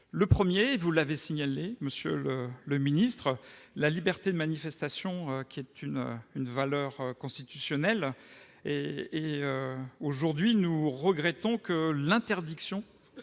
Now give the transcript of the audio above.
Le premier, vous l'avez signalé, monsieur le ministre, concerne la liberté de manifestation, qui est une valeur constitutionnelle. Nous regrettons que l'interdiction